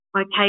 okay